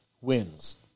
wins